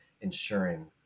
ensuring